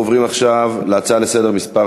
אנחנו עוברים עכשיו להצעה לסדר-היום מס'